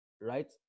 right